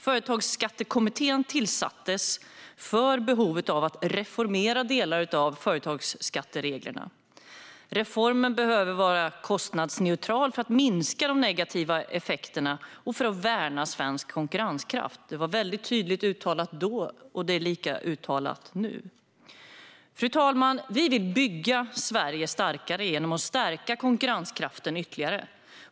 Företagsskattekommittén tillsattes i och med behovet av att reformera delar av företagsskattereglerna. Reformen behöver vara kostnadsneutral för att minska de negativa effekterna och för att värna svensk konkurrenskraft. Det var väldigt tydligt uttalat då, och det är lika uttalat nu. Fru talman! Vi vill bygga Sverige starkare genom att stärka konkurrenskraften ytterligare.